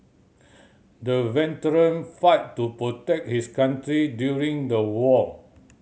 the veteran fought to protect his country during the war